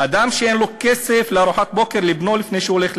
אדם שאין לו כסף לארוחת בוקר לבנו לפני שהוא הולך לבית-הספר,